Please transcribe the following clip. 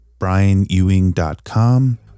brianewing.com